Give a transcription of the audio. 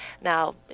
Now